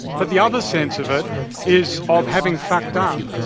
but the other sense of it is of having fucked up,